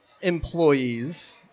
employees